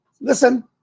listen